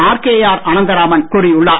RKR Anantharaman கூறியுள்ளார்